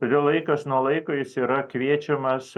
todėl laikas nuo laiko jis yra kviečiamas